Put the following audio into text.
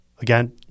Again